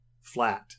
flat